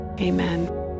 Amen